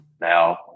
now